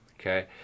okay